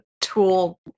tool